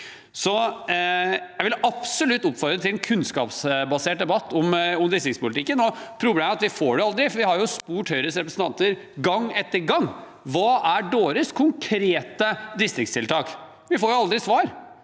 Jeg vil absolutt oppfordre til en kunnskapsbasert debatt om distriktspolitikken. Problemet er at vi aldri får det. Vi har spurt Høyres representanter gang etter gang hva som er deres konkrete distriktstiltak, men vi får jo aldri svar.